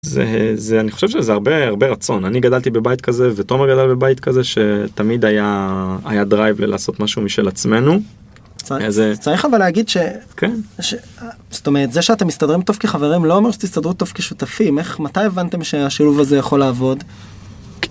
זה זה אני חושב שזה הרבה הרבה רצון. אני גדלתי בבית כזה ותומר גדל בבית כזה שתמיד היה היה דרייב לעשות משהו משל עצמנו. צריך אבל להגיד שזה שאתם מסתדרים טוב כחברים לא אומר שתסתדרו טוב כשותפים! איך מתי הבנתם שהשילוב הזה יכול לעבוד.